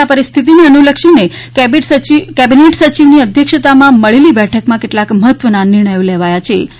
આ પરિસ્થિતિને અનુલક્ષીને કેબીનેટ સચિવની અધ્યક્ષતામાં મળેલી બેઠકમાં કેટલાંક મહત્વનાં નિર્ણયો લેવાયા હતાં